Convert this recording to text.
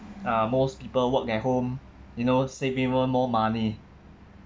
uh most people work at home you know save even more money